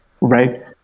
Right